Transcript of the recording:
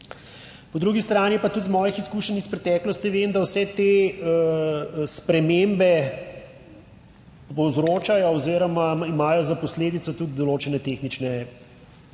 Po drugi strani pa tudi iz mojih izkušenj iz preteklosti vem, da vse te spremembe povzročajo oziroma imajo za posledico tudi določene tehnične težave,